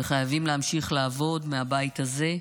וחייבים להמשיך לעבוד מהבית הזה,